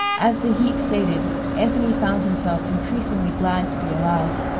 as the heat faded, anthony found himself increasingly glad to be alive.